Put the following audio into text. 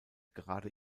gerade